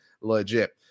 legit